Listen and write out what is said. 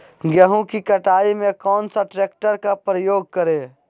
गेंहू की कटाई में कौन सा ट्रैक्टर का प्रयोग करें?